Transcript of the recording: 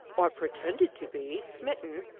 or pretended to be, smitten,